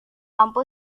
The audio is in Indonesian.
lampu